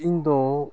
ᱤᱧᱫᱚ